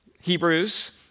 Hebrews